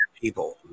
people